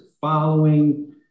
following